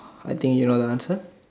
I think you know the answer